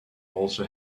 also